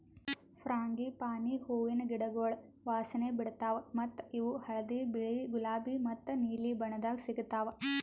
frangipani ಹೂವಿನ ಗಿಡಗೊಳ್ ವಾಸನೆ ಬಿಡ್ತಾವ್ ಮತ್ತ ಇವು ಹಳದಿ, ಬಿಳಿ, ಗುಲಾಬಿ ಮತ್ತ ನೀಲಿ ಬಣ್ಣದಾಗ್ ಸಿಗತಾವ್